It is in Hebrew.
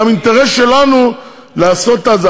וזה גם אינטרס שלנו לעשות את זה.